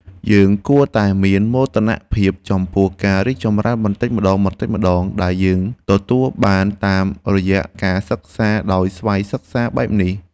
យើងគួរតែមានមោទនភាពចំពោះការរីកចម្រើនបន្តិចម្តងៗដែលយើងទទួលបានតាមរយៈការសិក្សាដោយស្វ័យសិក្សាបែបនេះ។